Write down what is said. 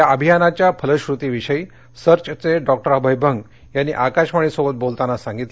या अभियानाच्या फलश्रूतिविषयी सर्वचे डॉक्टर अभय बंग यांनी आकाशवाणीसोबत बोलताना सांगितलं